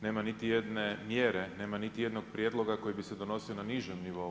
Nema niti jedne mjere, nema niti jednog prijedloga koji bi se donosio na nižem nivou.